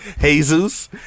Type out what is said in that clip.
Jesus